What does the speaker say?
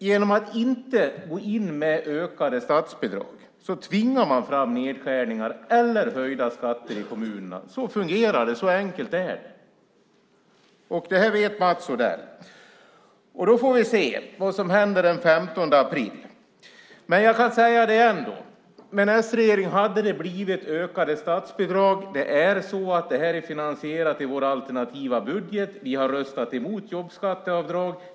Genom att inte gå in med ökade statsbidrag tvingar man fram nedskärningar eller höjda skatter i kommunerna. Så fungerar det. Så enkelt är det. Det här vet Mats Odell. Då får vi se vad som händer den 15 april. Jag säger det igen: Med en s-regering hade det blivit ökade statsbidrag. Det här är finansierat i vår alternativa budget. Vi har röstat mot jobbskatteavdrag.